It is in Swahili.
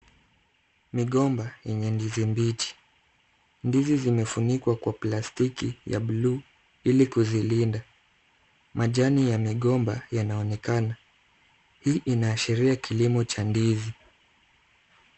Migomba yenye ndizi mbichi. Ndizi zimefunikwa kwa plastiki ya buluu ili kuzilinda. Majani ya migomba yanaonekana. Hii inaashiria kilimo cha ndizi.